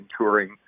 touring